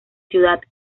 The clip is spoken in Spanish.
ciudad